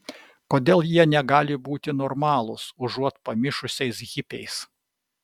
kodėl jie negali būti normalūs užuot buvę pamišusiais hipiais